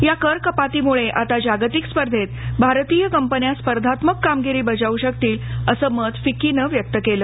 या करकपातीमुळे आता जागतिक स्पर्धेत भारतीय कंपन्या स्पर्धात्मक कामगिरी बजावू शकतील असं मत फिक्कीनं व्यक्त केलं